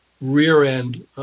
rear-end